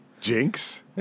Jinx